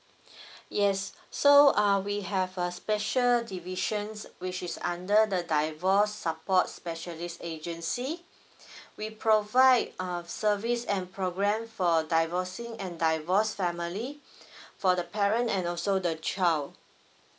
yes so uh we have a special divisions which is under the divorce support specialist agency we provide um service and program for divorcing and divorced family for the parent and also the child